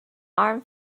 arm